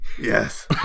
Yes